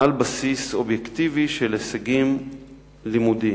על בסיס אובייקטיבי של הישגים לימודיים.